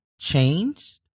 changed